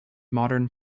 modern